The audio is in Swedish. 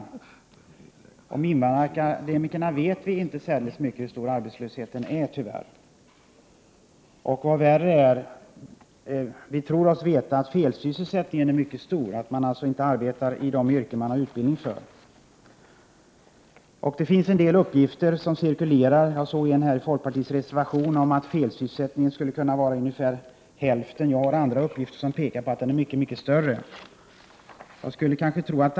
När det gäller invandrarakademikerna vet vi tyvärr inte särskilt mycket om hur stor arbetslösheten är. Tyvärr får man nog konstatera att felsysselsättningen är mycket stor. Man arbetar alltså inte i det yrke som man har utbildning för. Det cirkulerar uppgifter om att felsysselsättningen skall vara omkring 50-procentig — det angesi en folkpartireservation. För min del har jag andra uppgifter som tyder på att felsysselsättningen är mycket större.